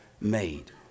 made